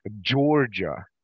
georgia